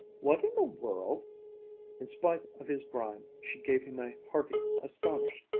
what in the world in spite of his grime, she gave him a hearty, astonished,